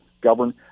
govern